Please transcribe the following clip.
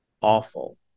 awful